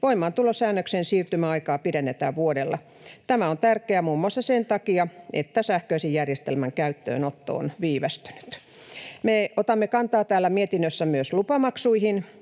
voimaantulosäännöksen siirtymäaikaa pidennetään vuodella. Tämä on tärkeää muun muassa sen takia, että sähköisen järjestelmän käyttöönotto on viivästynyt. Me otamme kantaa täällä mietinnössä myös lupamaksuihin,